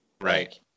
right